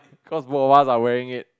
cause both of us are wearing it